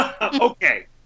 Okay